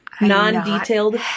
non-detailed